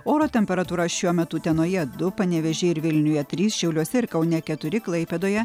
oro temperatūra šiuo metu utenoje du panevėžyje ir vilniuje trys šiauliuose ir kaune keturi klaipėdoje